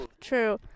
true